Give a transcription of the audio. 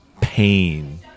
pain